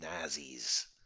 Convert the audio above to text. Nazis